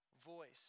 voice